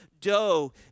dough